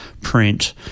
print